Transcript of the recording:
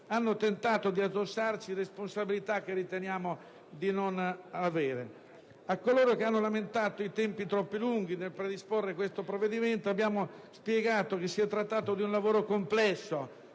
hanno tentato di addossarci responsabilità che riteniamo di non avere. A coloro che hanno lamentato i tempi troppo lunghi nel predisporre questo provvedimento, abbiamo spiegato che si è trattato di un lavoro complesso,